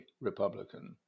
Republican